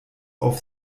auf